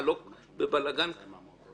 הם שוחררו.